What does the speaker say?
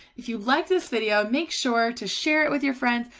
if you like this video make sure to share it with your. friends,